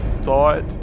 thought